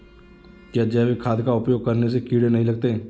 क्या जैविक खाद का उपयोग करने से कीड़े नहीं लगते हैं?